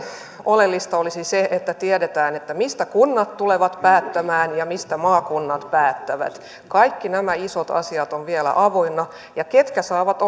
oleellista olisi se että tiedetään mistä kunnat tulevat päättämään ja mistä maakunnat päättävät kaikki nämä isot asiat ovat vielä avoinna ja ketkä saavat